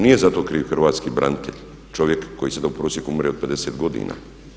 Nije za to kriv hrvatski branitelj, čovjek koji sada u prosjeku umire od 50 godina.